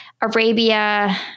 Arabia